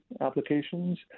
applications